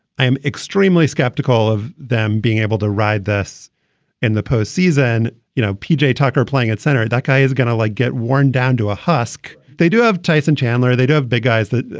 i am extremely skeptical of them being able to ride this in the postseason. you know, pj tucker playing at center, that guy is going to like get worn down to a husk. they do have tyson chandler. they do have big guys that,